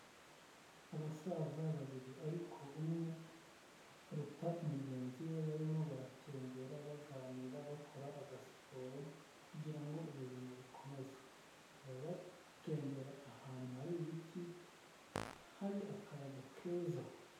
Abasaza babiri ariko umwe aruta mugenzi we barimo baratembera baganira bakora aga siporo kugira ngo ubuzima bukomeze, baba batembera ahantu hari ibiti hari akayaga keza.